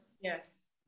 Yes